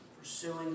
pursuing